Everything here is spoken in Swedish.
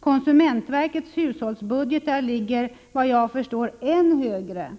Konsumentverkets hushållsbudgetar ligger, såvitt jag förstår, ännu högre